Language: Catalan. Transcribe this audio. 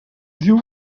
diu